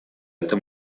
это